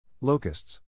Locusts